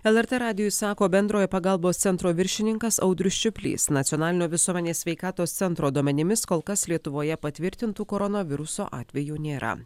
lrt radijui sako bendrojo pagalbos centro viršininkas audrius čiuplys nacionalinio visuomenės sveikatos centro duomenimis kol kas lietuvoje patvirtintų koronaviruso atvejų nėra